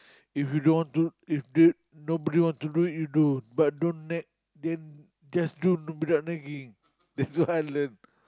if you don't want to if that nobody want to do it you do but don't nag then just do nobody without nagging that's what I learn